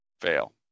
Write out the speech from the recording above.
Fail